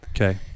Okay